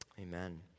Amen